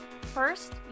first